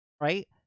right